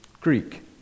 Greek